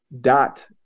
dot